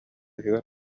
иһигэр